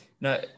No